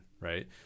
right